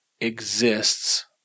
exists